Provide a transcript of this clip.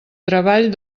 treball